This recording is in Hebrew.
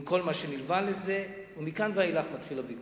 עם כל מה שנלווה לזה, ומכאן ואילך מתחיל הוויכוח.